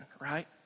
right